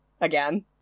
again